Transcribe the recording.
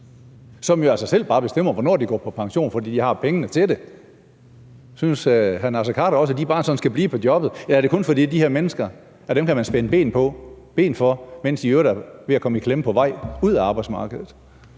som jo altså selv bare bestemmer, hvornår de går på pension, fordi de har pengene til det? Synes hr. Naser Khader også, at de bare sådan skal blive på jobbet, eller er det kun, fordi man kan spænde ben for de her mennesker, mens de i øvrigt er ved at komme i klemme på vej ud af arbejdsmarkedet?